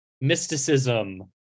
mysticism